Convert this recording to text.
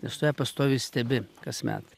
nes tu ją pastoviai stebi kas metai